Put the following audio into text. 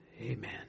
amen